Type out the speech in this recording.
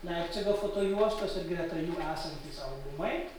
leipcigo fotojuostos ir greta jų esantys albumai